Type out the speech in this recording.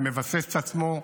ומבסס את עצמו,